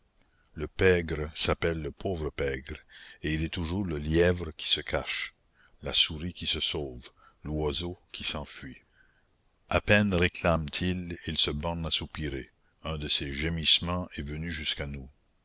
le pègre s'appelle le pauvre pègre et il est toujours le lièvre qui se cache la souris qui se sauve l'oiseau qui s'enfuit à peine réclame t il il se borne à soupirer un de ses gémissements est venu jusqu'à nous